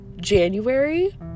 january